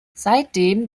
seitdem